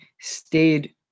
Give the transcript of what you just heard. stayed